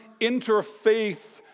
interfaith